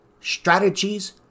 strategies